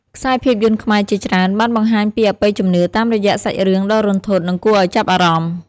ខ្សែភាពយន្តខ្មែរជាច្រើនបានបង្ហាញពីអបិយជំនឿតាមរយៈសាច់រឿងដ៏រន្ធត់និងគួរឲ្យចាប់អារម្មណ៍។